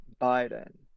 Biden